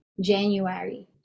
January